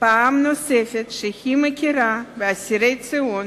פעם נוספת שהיא מכירה באסירי ציון